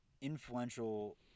influential